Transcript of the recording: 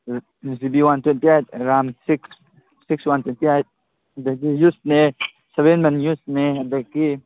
ꯑꯥ G B one twenty eight Ram six six one twenty eight ꯑꯗꯒꯤ ꯌꯨꯁꯅꯦ seven ꯃꯟ ꯌꯨꯁꯅꯦ ꯑꯗꯒꯤ